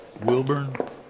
Wilburn